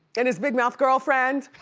and his big mouth girlfriend.